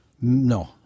No